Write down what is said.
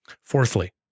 Fourthly